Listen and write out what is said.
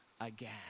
again